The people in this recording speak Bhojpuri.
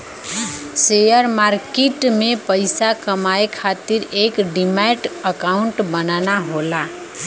शेयर मार्किट में पइसा कमाये खातिर एक डिमैट अकांउट बनाना होला